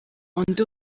undi